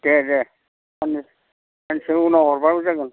दे दे सानसे उनाव हरबाबो जागोन